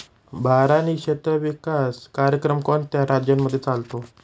बारानी क्षेत्र विकास कार्यक्रम कोणत्या राज्यांमध्ये चालतो?